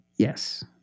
Yes